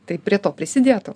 tai prie to prisidėtų